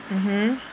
mmhmm